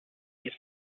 you